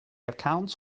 accounts